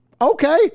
Okay